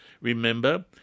Remember